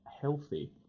healthy